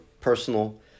personal